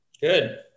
Good